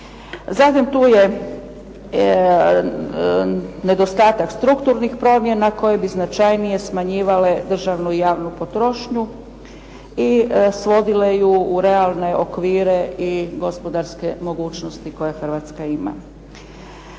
Zatim, tu je nedostatak strukturnih promjena koje bi značajnije smanjivale državnu i javnu potrošnju i svodile ju u realne okvire i gospodarske mogućnosti koje Hrvatska ima.